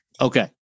Okay